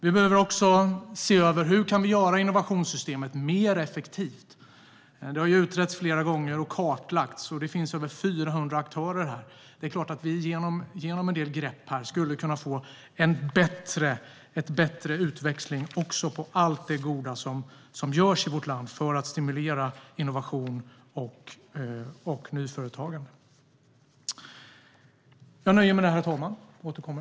Vi behöver också se över hur vi kan göra innovationssystemet mer effektivt. Det har utretts flera gånger och kartlagts. Det finns över 400 aktörer här. Det är klart att vi genom en del grepp skulle kunna få en bättre utväxling i fråga om allt det goda som görs i vårt land för att stimulera innovation och nyföretagande.